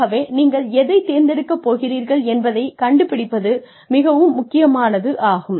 ஆகவே நீங்கள் எதைத் தேர்ந்தெடுக்கப் போகிறீர்கள் என்பதைக் கண்டுபிடிப்பது மிகவும் முக்கியமானதாகும்